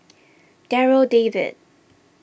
Darryl David